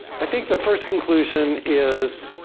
i think the first conclusion is